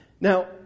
Now